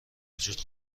وجود